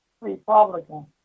Republican